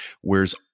Whereas